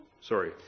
Sorry